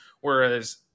Whereas